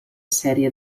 sèrie